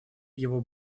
его